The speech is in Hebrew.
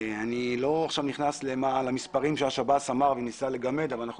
אני לא נכנס למספרים ששירות בתי הסוהר אמר וניסה לגמד אבל אנחנו